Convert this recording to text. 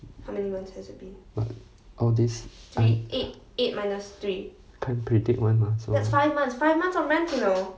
all this can't can't predict [one]